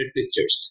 pictures